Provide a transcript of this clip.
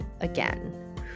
again